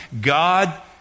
God